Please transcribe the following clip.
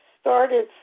started